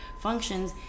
functions